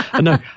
No